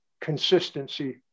consistency